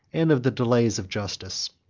and of the delays of justice.